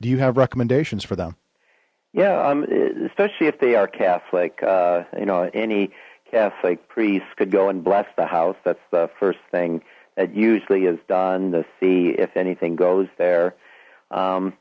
do you have recommendations for them yeah especially if they are catholic you know any catholic priest could go and bless the house that's the first thing and it usually is on the sea if anything goes there